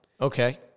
Okay